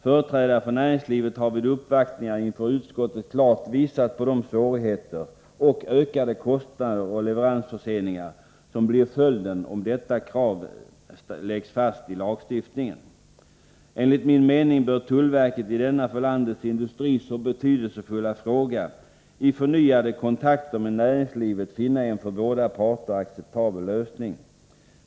Företrädare för näringslivet har vid uppvaktningar inför utskottet klart visat på de svårigheter, de ökade kostnader och de leveransförseningar som blir följden om detta krav läggs fast i lagstiftningen. Enligt min mening bör tullverket i denna för landets industri så betydelsefulla fråga genom förnyade kontakter med näringslivet söka finna en för båda parter acceptabel lösning.